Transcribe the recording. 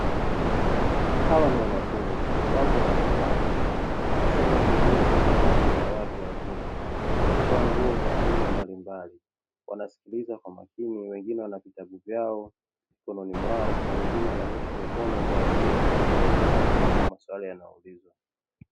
Hawa ni wanafunzi wapo darasani wanasoma elimu hii isiyokuwa rasmi ya watu wazima, wamevaa nguo za aina mbalimbali wanasikiliza kwa makini; wengine wana vitabu vyao mikononi mwao na wengine wananyoosha mikono kwa ajili ya kujieleza au kujibu maswali yanayoulizwa.